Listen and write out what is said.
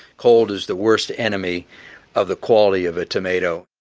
cold is the worst enemy of the quality of a tomato,